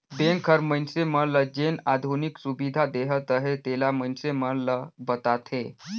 bank हर मइनसे मन ल जेन आधुनिक सुबिधा देहत अहे तेला मइनसे मन ल बताथे